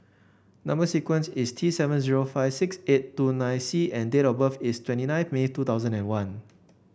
number sequence is T seven zero five six eight two nine C and date of birth is twenty nine May two thousand and one